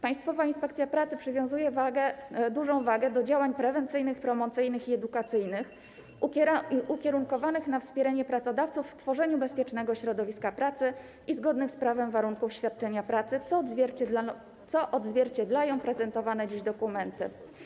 Państwowa Inspekcja Pracy przywiązuje dużą wagę do działań prewencyjnych, promocyjnych i edukacyjnych ukierunkowanych na wspieranie pracodawców w tworzeniu bezpiecznego środowiska pracy i zgodnych z prawem warunków świadczenia pracy, co odzwierciedlają prezentowane dziś dokumenty.